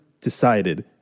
decided